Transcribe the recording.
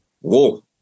Whoa